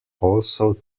also